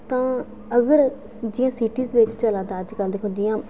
तां अगर जियां सिटी बिच्च चलै करदा अज्कल दिक्खो